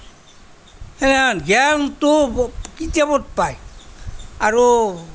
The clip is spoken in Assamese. জ্ঞানটো কিতাপত পায় আৰু